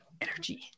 energy